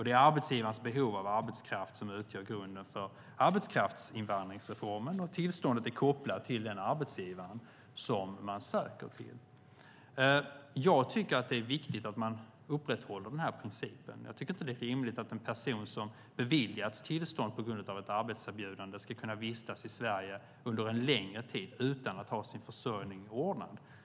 Det är arbetsgivarens behov av arbetskraft som utgör grunden för arbetskraftsinvandringsreformen, och tillståndet är kopplat till den arbetsgivare som man söker till. Jag tycker att det är viktigt att man upprätthåller den här principen. Jag tycker inte att det är rimligt att en person som beviljats tillstånd på grund av ett arbetserbjudande ska kunna vistas i Sverige under en längre tid utan att ha sin försörjning ordnad.